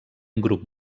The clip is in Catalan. grup